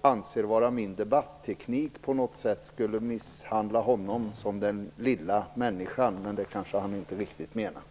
anser att min debatteknik på något sätt skulle förfördela honom, som den lilla människan - kanske var det inte riktigt så han menade.